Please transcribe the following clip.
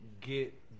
get